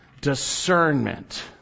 discernment